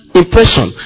impression